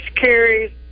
carries